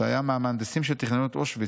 שהיה מהמהנדסים שתכננו את אושוויץ.